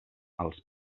als